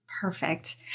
Perfect